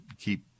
keep